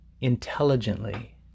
intelligently